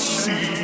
see